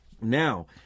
Now